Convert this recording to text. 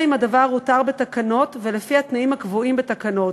אם הדבר הותר בתקנות ולפי התנאים הקבועים בתקנות.